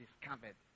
discovered